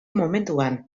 mementoan